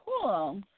cool